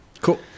Cool